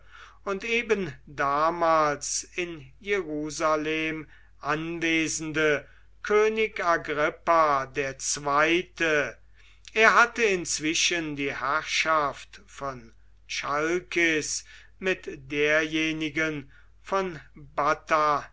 und eben damals in jerusalem anwesende könig agrippa ii er hatte inzwischen die herrschaft von chalkis mit derjenigen von batanaea